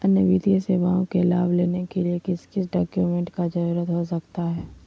अन्य वित्तीय सेवाओं के लाभ लेने के लिए किस किस डॉक्यूमेंट का जरूरत हो सकता है?